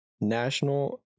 National